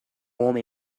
homem